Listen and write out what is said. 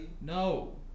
No